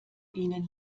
ihnen